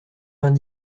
vingt